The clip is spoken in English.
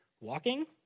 walking